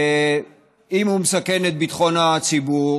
אם הוא מסכן את ביטחון הציבור,